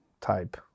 type